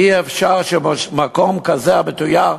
אי-אפשר שמקום כזה מתויר,